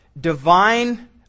divine